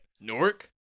Newark